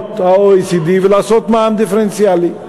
מדינות ה-OECD ולעשות מע"מ דיפרנציאלי.